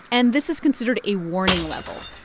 and this is considered a warning level.